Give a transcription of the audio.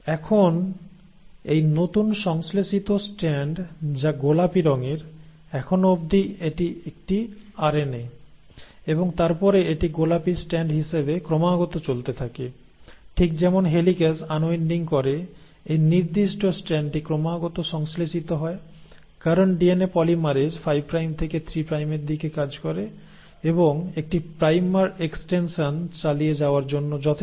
এখন এই নতুন সংশ্লেষিত স্ট্র্যান্ড যা গোলাপী রঙের এখনো অবধি এটি একটি আরএনএ এবং তারপরে এটি গোলাপী স্ট্র্যান্ড হিসাবে ক্রমাগত চলতে থাকে ঠিক যেমন হেলিক্যাস আনউইন্ডিং করে এই নির্দিষ্ট স্ট্র্যান্ডটি ক্রমাগত সংশ্লেষিত হয় কারণ ডিএনএ পলিমারেজ 5 প্রাইম থেকে 3 প্রাইমের দিকে কাজ করে এবং একটি প্রাইমার এক্সটেনশন চালিয়ে যাওয়ার জন্য যথেষ্ট